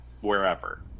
wherever